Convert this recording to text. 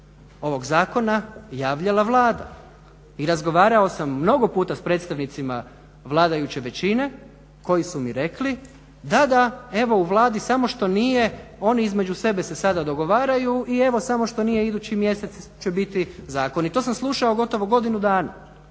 ovog zakona javljala Vlada. I razgovarao sam mnogo puta sa predstavnicima vladajuće većine koji su mi rekli da, da evo u Vladi samo što nije oni između sebe se sada dogovaraju i evo samo što nije idući mjesec će biti zakon. i to sam slušao gotovo godinu dana.